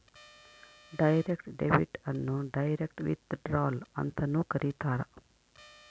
direct debit ಅನ್ನು direct withdrawal ಅಂತನೂ ಕರೀತಾರ